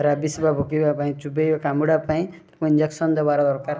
rabies ବା ପକେଇବା ପାଇଁ ଚୂବେଆ କାମୁଡ଼ା ପାଇଁ ଇଞ୍ଜେକ୍ସନ ଦେବାର ଦରକାର